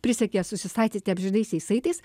prisiekė susistatyti amžinaisiais saitais